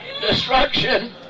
destruction